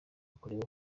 kureba